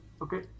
Okay